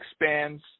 expands